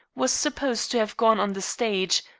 was supposed to have gone on the stage.